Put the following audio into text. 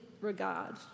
regard